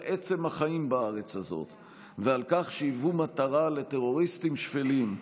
עצם החיים בארץ הזאת ועל כך שהיוו מטרה לטרוריסטים שפלים,